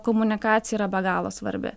komunikacija yra be galo svarbi